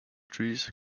trees